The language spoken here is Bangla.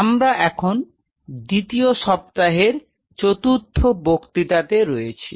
আমরা এখন দ্বিতীয় সপ্তাহের চতুর্থ বক্তৃতাতে রয়েছি